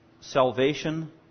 Salvation